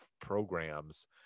programs